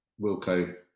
Wilco